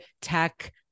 tech